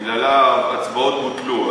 שבגללה בוטלו הצבעות.